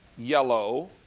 yellow.